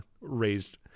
raised